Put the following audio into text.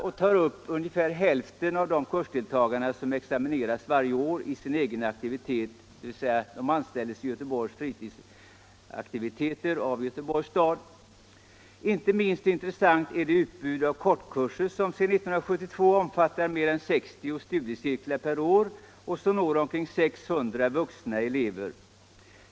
Göteborgs kommun anställer för sina egna fritidsaktiviteter ungefär hälften av de kursdeltagare som utexamineras. Inte minst intressant är det utbud av kortkurser som sedan 1972 omfattar mer än 60 studiecirklar per år och som når omkring 600 vuxna elever.